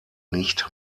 nicht